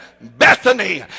Bethany